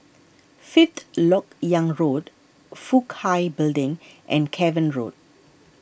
Fifth Lok Yang Road Fook Hai Building and Cavan Road